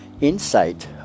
Insight